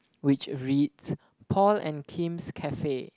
which reads Paul and Kim's cafe